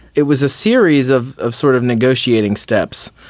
it was a series of of sort of negotiating steps,